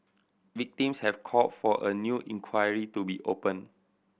victims have call for a new inquiry to be open